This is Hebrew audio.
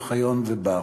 אוחיון ובר.